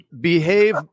behave